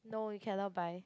no you cannot buy